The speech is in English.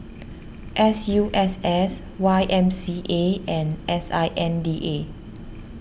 S U S S Y M C A and S I N D A